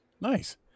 Nice